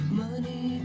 money